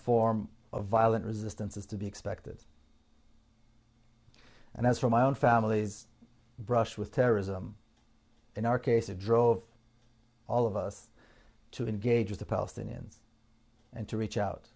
form of violent resistance is to be expected and as for my own family's brush with terrorism in our case it drove all of us to engage with the palestinians and to reach out